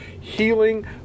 healing